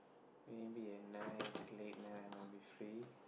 maybe at night late night I might be free